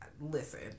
Listen